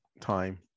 time